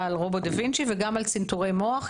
על רובוט דה וינצ'י וגם על צינותרי מוח,